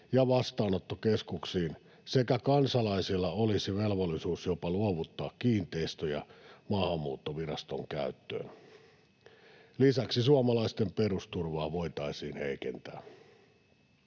ja vastaanottokeskuksiin sekä kansalaisilla olisi velvollisuus jopa luovuttaa kiinteistöjä Maahanmuuttoviraston käyttöön. Lisäksi suomalaisten perusturvaa voitaisiin heikentää.